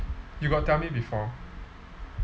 you got tell me before